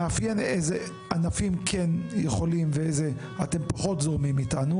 נאפיין איזה ענפים כן יכולים ואיזה אתם פחות זורמים איתנו.